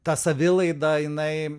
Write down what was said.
ta savilaida jinai